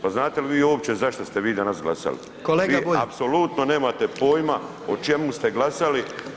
Pa znate li vi uopće zašto ste vi danas glasali? [[Upadica predsjednik: Kolega Bulj.]] Vi apsolutno nemate pojma o čemu ste glasali.